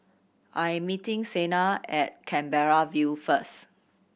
I am meeting Sienna at Canberra View first